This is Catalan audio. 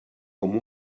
com